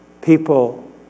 People